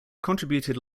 contributed